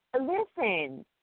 Listen